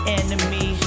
enemy